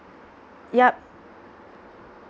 yup